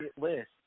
list